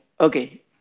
okay